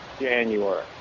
January